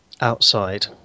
outside